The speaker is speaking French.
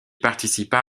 participa